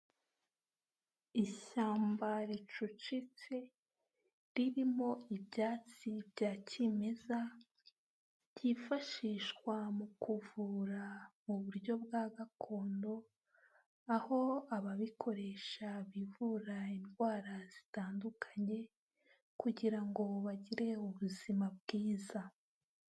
Ishyamba ricucitse ririmo ibyatsi bya kimeza, byifashishwa mu kuvura mu buryo bwa gakondo, aho ababikoresha bivura indwara zitandukanye kugira ngo bagire ubuzima bwiza.